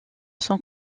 sont